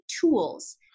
tools